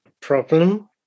problem